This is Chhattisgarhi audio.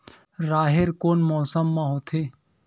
राहेर कोन मौसम मा होथे?